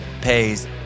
pays